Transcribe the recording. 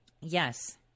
Yes